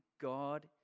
God